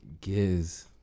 Giz